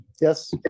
Yes